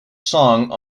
song